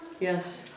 Yes